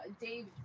Dave